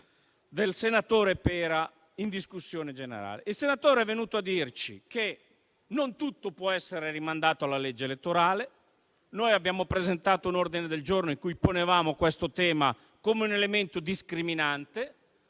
del senatore Pera in discussione generale. Il senatore è venuto a dirci che non tutto può essere rimandato alla legge elettorale; noi abbiamo presentato un ordine del giorno in cui ponevamo questo tema come un elemento discriminante